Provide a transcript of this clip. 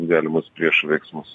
galimus priešo veiksmus